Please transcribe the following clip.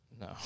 No